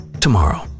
tomorrow